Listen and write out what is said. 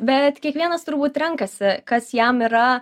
bet kiekvienas turbūt renkasi kas jam yra